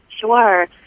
Sure